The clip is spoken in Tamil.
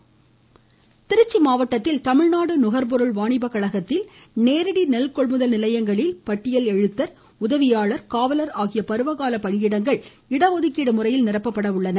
இருவரி திருச்சி மாவட்டத்தில் தமிழ்நாடு நுகர்பொருள் வாணிப கழகத்தில் நேரடி நெல் கொள்முதல் நிலையங்களில் பட்டியல் எழுத்தர் உதவியாளர் காவலர் ஆகிய பருவகால பணியிடங்கள் இடஒதுக்கீடு முறையில் நிரப்பப்பட உள்ளன